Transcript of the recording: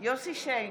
יוסף שיין,